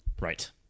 Right